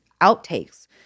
outtakes